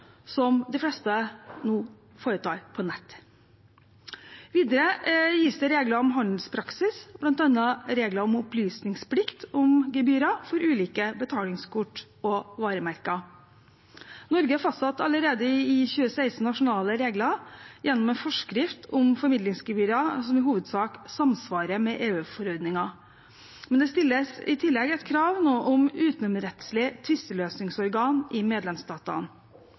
som de fleste nå foretar på nett. Videre gis det regler om handelspraksis, bl.a. regler om opplysningsplikt om gebyrer for ulike betalingskort og varemerker. Norge fastsatte allerede i 2016 nasjonale regler gjennom en forskrift om formidlingsgebyrer, som i hovedsak samsvarer med EU-forordninger. Men det stilles nå i tillegg et krav om utenomrettslig tvisteløsningsorgan i medlemsstatene.